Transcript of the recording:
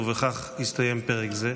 ובכך יסתיים פרק זה.